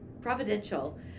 providential